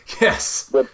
Yes